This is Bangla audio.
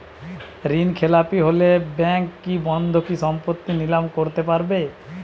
ঋণখেলাপি হলে ব্যাঙ্ক কি বন্ধকি সম্পত্তি নিলাম করতে পারে?